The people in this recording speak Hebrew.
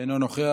אינו נוכח.